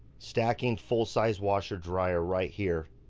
stacking full-size washer dryer right here.